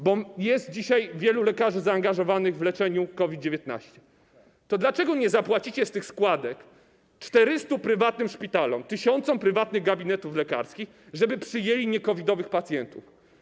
bo dzisiaj wielu lekarzy zaangażowanych jest w leczenie COVID-19 - to dlaczego nie zapłacicie z tych składek 400 prywatnym szpitalom, tysiącom prywatnych gabinetów lekarskich, żeby przyjęli nie-COVID-owych pacjentów?